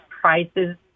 prices